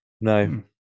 No